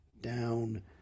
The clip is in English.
down